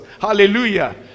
Hallelujah